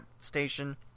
station